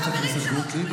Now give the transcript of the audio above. חברת הכנסת גוטליב,